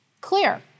clear